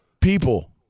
people